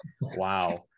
wow